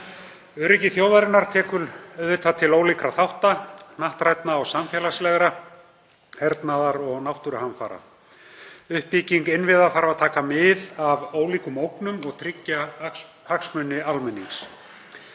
Öryggi þjóðarinnar tekur auðvitað til ólíkra þátta, hnattrænna og samfélagslegra, hernaðar og náttúruhamfara. Uppbygging innviða þarf að taka mið af ólíkum ógnum og tryggja hagsmuni almennings.